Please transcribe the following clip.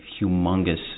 humongous